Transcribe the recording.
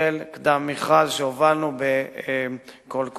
של קדם מכרז שהובלנו בקול קורא.